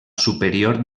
superior